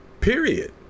period